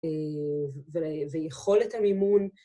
ויכולת המימון.